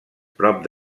prop